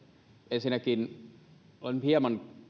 ensinnäkin olen hieman